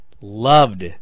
loved